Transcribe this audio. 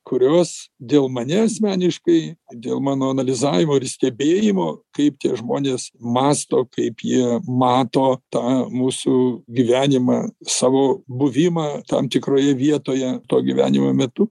kurios dėl mane asmeniškai dėl mano analizavimo ir stebėjimo kaip tie žmonės mąsto kaip jie mato tą mūsų gyvenimą savo buvimą tam tikroje vietoje tuo gyvenimo metu